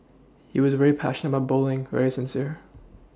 he was very passionate about bowling very sincere